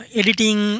editing